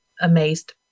amazed